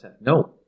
no